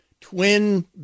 twin